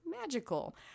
magical